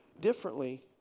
differently